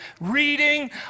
reading